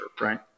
right